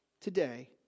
today